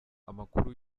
amakuru